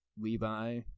Levi